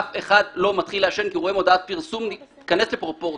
אף אחד לא מתחיל לעשן כי הוא רואה מודעת פרסום ניכנס לפרופורציות.